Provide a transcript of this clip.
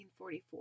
1944